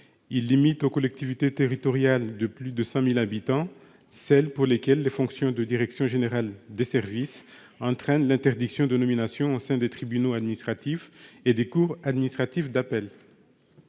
à limiter aux collectivités territoriales de plus de 100 000 habitants celles pour lesquelles les fonctions de direction générale des services entraînent l'interdiction de nomination au sein des tribunaux administratifs et des cours administratives d'appel.